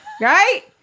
right